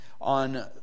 on